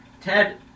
Ted